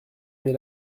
mais